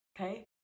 okay